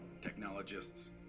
technologists